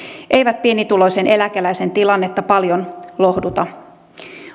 ei pienituloisen eläkeläisen tilanteessa paljon lohduta